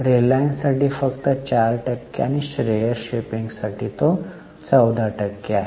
रिलायन्ससाठी फक्त 4 टक्के आणि श्रेयस शिपिंगसाठी 14 टक्के आहे